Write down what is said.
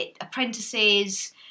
apprentices